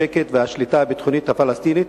לנוכח השקט והשליטה הביטחונית הפלסטינית,